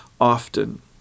often